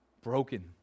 broken